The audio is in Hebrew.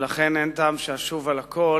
ולכן אין טעם שאשוב על הכול.